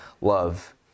love